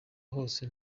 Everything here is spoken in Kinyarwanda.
hose